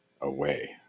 away